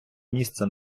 місце